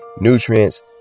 nutrients